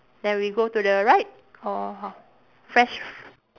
then we go to the right or how fresh f~